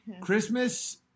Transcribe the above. Christmas